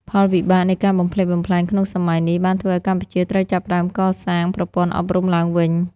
ផលវិបាកនៃការបំផ្លិចបំផ្លាញក្នុងសម័យនេះបានធ្វើឱ្យកម្ពុជាត្រូវចាប់ផ្ដើមកសាងប្រព័ន្ធអប់រំឡើងវិញ។